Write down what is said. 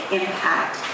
impact